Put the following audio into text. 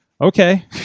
okay